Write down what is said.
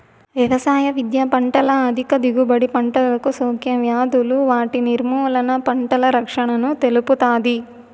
వ్యవసాయ విద్య పంటల అధిక దిగుబడి, పంటలకు సోకే వ్యాధులు వాటి నిర్మూలన, పంటల రక్షణను తెలుపుతాది